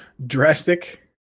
drastic